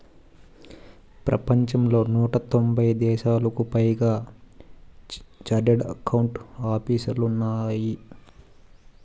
ప్రపంచంలో నూట తొంభై దేశాలకు పైగా చార్టెడ్ అకౌంట్ ఆపీసులు ఉన్నాయి